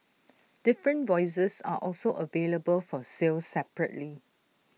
different voices are also available for sale separately